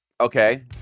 Okay